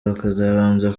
hakabanza